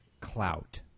clout